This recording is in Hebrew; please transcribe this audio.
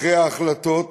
אחרי ההחלטות